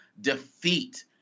defeat